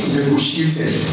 negotiated